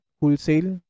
wholesale